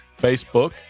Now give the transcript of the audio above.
Facebook